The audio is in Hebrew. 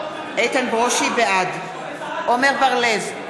ברושי, בעד עמר בר-לב,